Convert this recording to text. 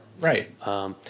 Right